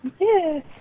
Yes